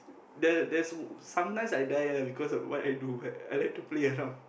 there there's sometimes I die ah because of what I do but I like to play around